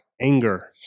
anger